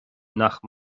nach